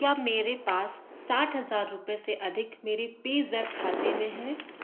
क्या मेरे पास साठ हज़ार रुपये से अधिक मेरे पेज़ैप खाते में हैं